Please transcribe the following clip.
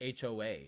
HOA